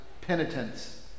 penitence